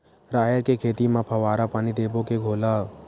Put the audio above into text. राहेर के खेती म फवारा पानी देबो के घोला?